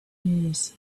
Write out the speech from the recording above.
news